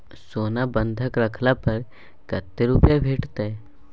सोना बंधक रखला पर कत्ते रुपिया भेटतै?